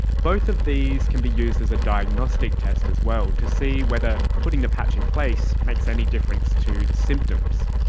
both of these can be used as a diagnostic test as well to see whether putting the patch in place makes any difference to the symptoms.